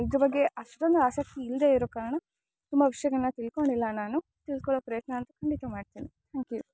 ಇದ್ರ ಬಗ್ಗೆ ಅಷ್ಟೊಂದು ಆಸಕ್ತಿ ಇಲ್ಲದೆ ಇರೊ ಕಾರಣ ತುಂಬ ವಿಷಯಗಳ್ನ ತಿಳ್ಕೊಂಡಿಲ್ಲ ನಾನು ತಿಳ್ಕೊಳ್ಳೋಕ್ ಪ್ರಯತ್ನ ಅಂತು ಖಂಡಿತ ಮಾಡ್ತಿನಿ ಥ್ಯಾಂಕ್ ಯು